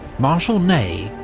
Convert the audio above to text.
marshal ney,